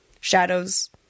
shadows